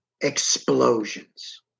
explosions